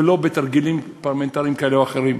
ולא בתרגילים פרלמנטריים כאלה או אחרים.